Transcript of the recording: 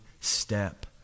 step